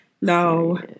No